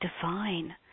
divine